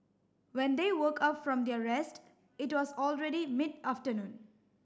when they woke up from their rest it was already mid afternoon